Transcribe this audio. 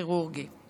כירורגי כמעט.